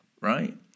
right